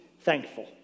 thankful